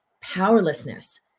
powerlessness